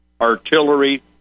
artillery